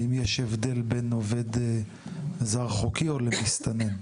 האם יש הבדל, בין עובד זר חוקי, או למסתנן?